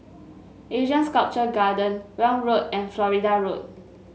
Asean Sculpture Garden Welm Road and Florida Road